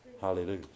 Hallelujah